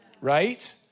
right